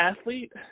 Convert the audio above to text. athlete